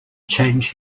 change